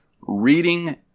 reading